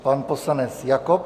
Pan poslanec Jakob.